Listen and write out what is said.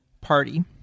Party